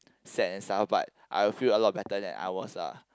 sad and stuff but I will feel a lot better than I was lah